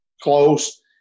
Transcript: close